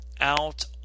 out